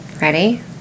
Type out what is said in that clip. Ready